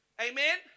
Amen